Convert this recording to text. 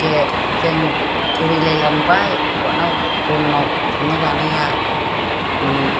जों बुरिलाय लांबाय अथनाव बनाव संनानै जानाया